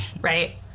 Right